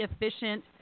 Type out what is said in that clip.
efficient